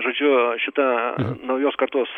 žodžiu šita naujos kartos